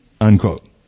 unquote